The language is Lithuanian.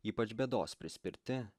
ypač bėdos prispirti